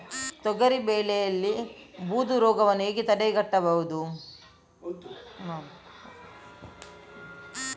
ತೊಗರಿ ಬೆಳೆಯಲ್ಲಿ ಬೂದು ರೋಗವನ್ನು ಹೇಗೆ ತಡೆಗಟ್ಟಬಹುದು?